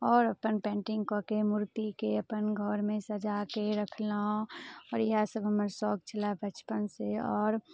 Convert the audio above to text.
आओर अपन पेन्टिंग कऽके मूर्तिके अपन घरमे सजाके रखलहुँ आओर इएह सब हमर शौक छलै बचपनसँ आओर